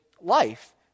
life